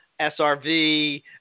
SRV